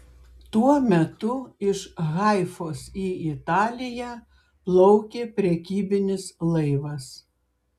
tuo metu iš haifos į italiją plaukė prekybinis laivas